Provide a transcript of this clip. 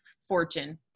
fortune